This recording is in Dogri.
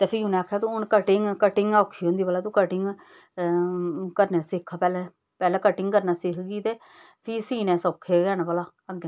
फ्ही उ'नें आखेआ तू कटिंग कटिंग करने सिक्ख पैह्लें कटिंग करना सिक्ख गी ते फ्ही सीना सौखे गै न भला